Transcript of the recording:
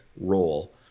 role